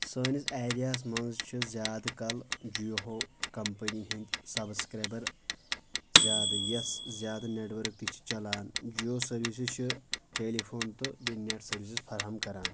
سٲنِس ایرہا ہس منٛز چھِ زیادٕ کل جِیو ہو کمپنی ہنٛدۍ سبسکرایبر زیادٕ یَس زیادٕ نیٹؤرکۍ تہِ چھِ چلان جیو سروِسز چھِ ٹیلی فون تہٕ بییٚہِ نیٹ سروِسز فراہم کران